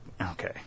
Okay